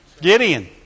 Gideon